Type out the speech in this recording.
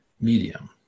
medium